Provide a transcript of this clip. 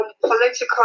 political